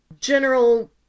general